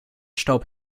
staub